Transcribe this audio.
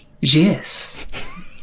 Yes